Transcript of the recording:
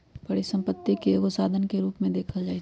परिसम्पत्ति के एगो साधन के रूप में देखल जाइछइ